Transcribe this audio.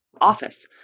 office